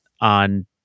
on